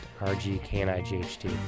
R-G-K-N-I-G-H-T